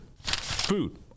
Food